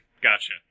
Gotcha